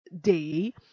day